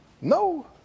No